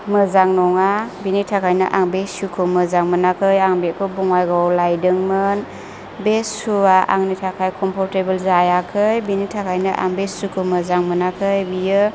मोजां नङा बेनि थाखायनो आं बे शुखौ मोजां मोनाखै आं बेखौ बङाइगावआव लायदोंमोन बे शुया आंनि थाखाय कमफर्थेबोल जायाखै बेनि थाखायनो आं बे शुखौ मोजां मोनाखै बियो